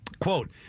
quote